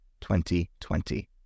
2020